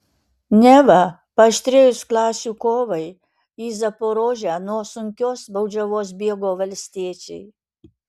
neva paaštrėjus klasių kovai į zaporožę nuo sunkios baudžiavos bėgo valstiečiai